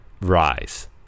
Rise